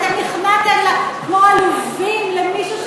אתם נכנעתם כמו עלובים למישהו,